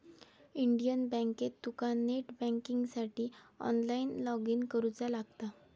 Indian बँकेत तुका net बँकिंगसाठी ऑनलाईन लॉगइन करुचा लागतला